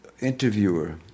interviewer